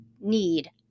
need